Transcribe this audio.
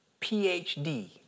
PhD